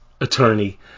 attorney